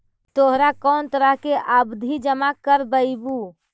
तोहरा कौन तरह के आवधि जमा करवइबू